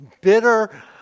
bitter